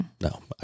no